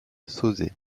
sauzet